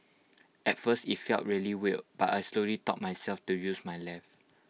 at first IT felt really weird but I slowly taught myself to use my left